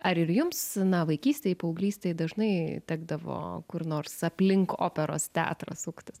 ar ir jums na vaikystėj paauglystėj dažnai tekdavo kur nors aplink operos teatrą suktis